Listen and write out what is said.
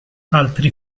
altri